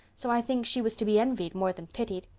so i think she was to be envied more than pitied.